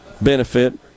benefit